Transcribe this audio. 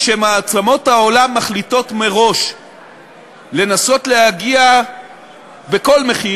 כשמעצמות העולם מחליטות מראש להגיע בכל מחיר,